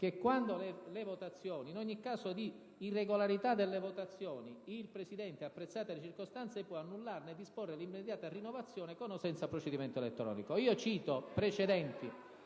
che prevede che: «In ogni caso di irregolarità delle votazioni, il Presidente, apprezzate le circostanze, può annullarle e disporne l'immediata rinnovazione, con o senza procedimento elettronico». Io cito precedenti